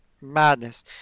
madness